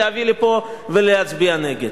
להביא לפה ולהצביע נגד.